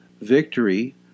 victory